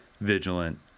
vigilant